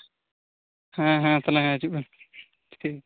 ᱦᱮᱸ ᱦᱮᱸ ᱦᱮᱸ ᱛᱟᱞᱦᱮ ᱦᱟᱡᱩᱜ ᱵᱮᱱ